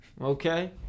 Okay